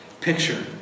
picture